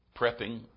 Prepping